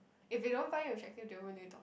if he don't find you attractive they won't really talk